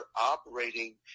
operating